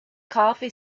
coffee